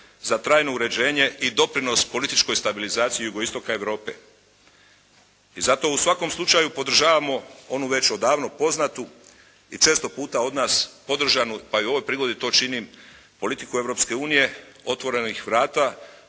za trajno uređenje i doprinos političkoj stabilizaciji jugoistoka Europe. I zato u svakom slučaju podržavamo onu već odavno poznatu i često puta od nas podržanu pa i u ovoj prigodi to činim politiku Europske unije, otvorenih vrata